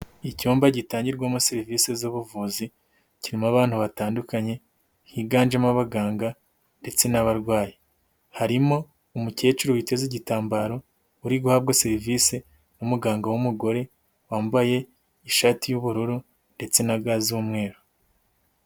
Icyumba gitangirwamo serivise z'ubuvuzi kirimo abantu batandukanye, higanjemo abaganga ndetse n'abarwayi. Harimo umukecuru witeze igitambaro, uri guhabwa serivise n'umuganga w'umugore wambaye ishati y'ubururu ndetse na ga z'umweru.